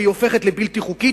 והיא הופכת לבלתי חוקית.